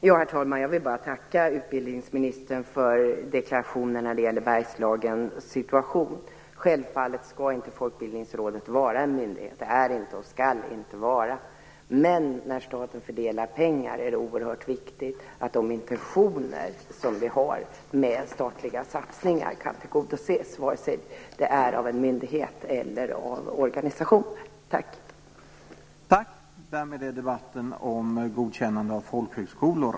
Herr talman! Jag vill bara tacka utbildningsministern för deklarationen när det gäller Bergslagens situation. Självfallet skall inte Folkbildningsrådet vara en myndighet. Det är inte och skall inte vara det. Men när staten fördelar pengar är det oerhört viktigt att de intentioner som vi har med statliga satsningar kan tillgodoses, vare sig det är av en myndighet eller av organisationer. Tack!